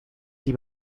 die